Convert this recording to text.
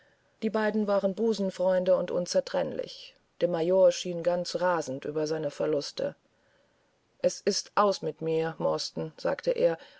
die beiden waren busenfreunde und man sah sie nie weit voneinander entfernt der major ereiferte sich über seine verluste als sie meine hütte passierten sagte er